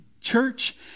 church